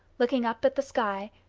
looking up at the sky,